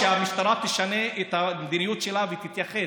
שהמשטרה תשנה את המדיניות שלה ותתייחס